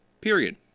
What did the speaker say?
Period